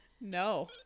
no